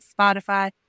Spotify